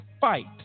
fight